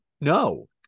No